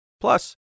Plus